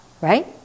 Right